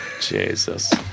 Jesus